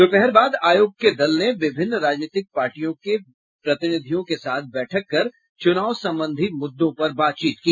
दोपहर बाद आयोग के दल ने विभिन्न राजनीतिक पार्टियों के प्रतिनिधियों के साथ बैठक कर चुनाव संबंधी मुद्दों पर बातचीत की